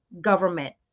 government